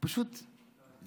זו פשוט בדיחה.